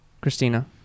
christina